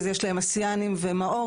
אז יש להם אסיאניים ומאורים.